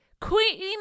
Queen